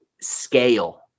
scale